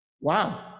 wow